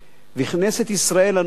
כנסת ישראל הנוכחית,